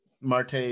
Marte